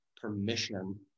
permission